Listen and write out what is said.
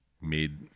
made